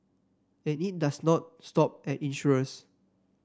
and it does not stop at insurers